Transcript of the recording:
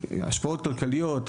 השפעות כלכליות,